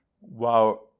wow